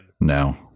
No